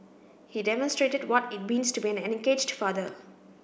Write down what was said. he demonstrated what it means to be an engaged father